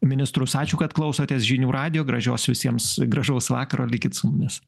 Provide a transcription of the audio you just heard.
ministrus ačiū kad klausotės žinių radijo gražios visiems gražaus vakaro likit su mumis